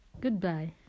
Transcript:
Goodbye